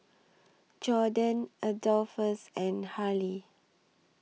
Jordin Adolphus and Harlie